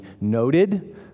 noted